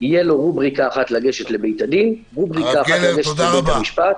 תהיו לו רובריקה אחת לגשת לבין הדין ורובריקה שנייה לבית המשפט.